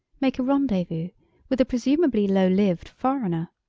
make a rendezvous with a presumably low-lived foreigner?